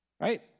right